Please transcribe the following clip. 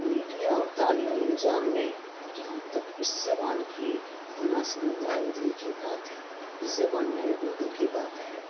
media اور تعلیمی نظام میں جہاں تک اس زبان کی مناسب نبائندگی کی بات ہے اس زبان یعنی اردو کی بات ہے